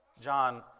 John